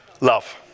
love